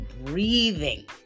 breathing